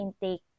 intake